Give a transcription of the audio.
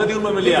זה לא דיון במליאה.